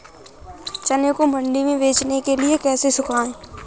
चने को मंडी में बेचने के लिए कैसे सुखाएँ?